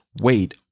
wait